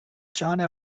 john